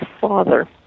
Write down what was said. father